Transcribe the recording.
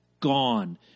Gone